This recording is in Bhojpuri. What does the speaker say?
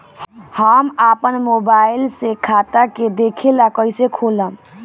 हम आपन मोबाइल से खाता के देखेला कइसे खोलम?